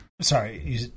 Sorry